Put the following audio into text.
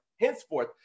henceforth